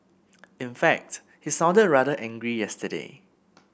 in fact he sounded rather angry yesterday